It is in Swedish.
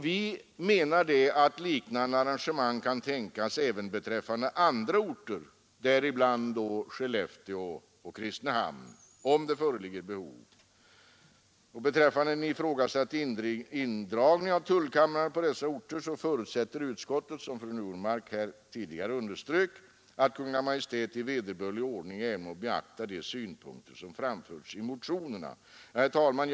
Vi menar att liknande arrangemang kan tänkas även beträffande andra orter, däribland Kristinehamn, om det föreligger behov. Beträffande ifrågasatt indragning av tullkamrarna på dessa orter förutsätter utskottet, som fru Normark tidigare underströk, att Kungl. Maj:t i vederbörlig ordning även må beakta de synpunkter som framförts i motionerna. Herr talman!